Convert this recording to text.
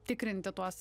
tikrinti tuos